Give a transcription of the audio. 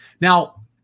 Now